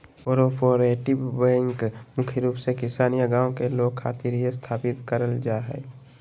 cooperative bank मुख्य रूप से किसान या गांव के लोग खातिर ही स्थापित करल जा हय